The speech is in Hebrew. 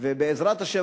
ובעזרת השם,